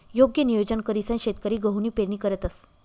योग्य नियोजन करीसन शेतकरी गहूनी पेरणी करतंस